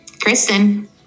Kristen